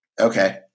Okay